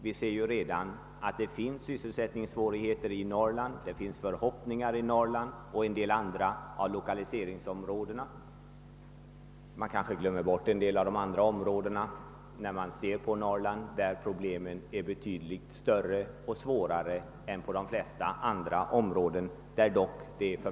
Vi ser redan nu att det finns sysselsättningssvårigheter i Norrland men också i en del andra av lokaliseringsområdena — man kanske glömmer bort en del av dessa när man talar om Norrland, där svårigheterna är betydligt större än i de flesta andra områden.